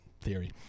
theory